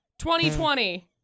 2020